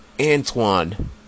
Antoine